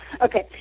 Okay